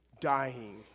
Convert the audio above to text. dying